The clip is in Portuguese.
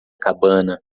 cabana